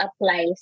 applies